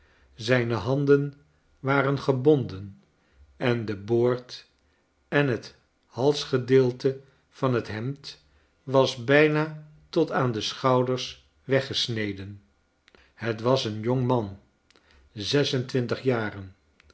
zijne handen waren gebonden en de boord en het halsgedeelte van het hemd was bijna tot aan de schouders weggesneden het was een jong man zes en twintig jaren